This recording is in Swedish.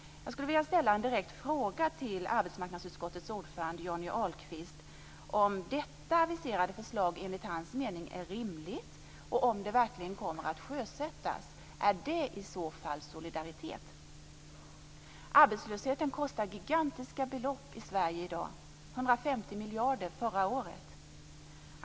Jag vill ställa en direkt fråga till arbetsmarknadsutskottets ordförande Johnny Ahlqvist om detta aviserade förslag enligt hans mening är rimligt och om det verkligen kommer att sjösättas. Är det i så fall solidaritet? Arbetslösheten kostar gigantiska belopp i Sverige i dag - 150 miljarder förra året.